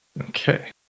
Okay